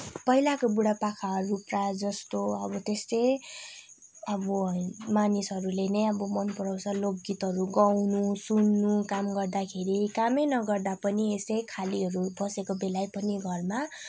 पहिलाको बुढा पाकाहरू प्रायः जस्तो अब त्यस्तै अब है मानिसहरूले नै अब मन पराउँछ लोकगीतहरू गाउन सुन्न काम गर्दाखेरि कामै नगर्दा पनि यसै खालीहरू बसेको बेला पनि घरमा